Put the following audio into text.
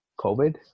COVID